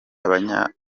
abanyaburayi